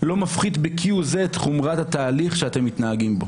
לא מפחית כהוא זה את חומרת התהליך שאתם מתנהגים בו.